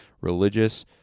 religious